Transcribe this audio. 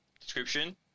description